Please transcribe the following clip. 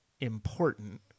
important